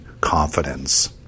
confidence